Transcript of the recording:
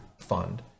fund